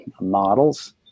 models